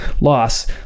loss